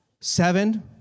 Seven